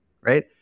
right